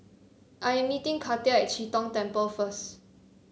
I am meeting Katia at Chee Tong Temple first